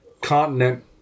continent